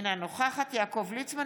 אינה נוכחת יעקב ליצמן,